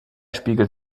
spiegelt